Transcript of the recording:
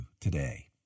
today